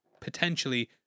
potentially